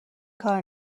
کار